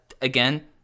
Again